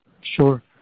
Sure